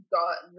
got